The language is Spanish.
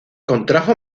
contrajo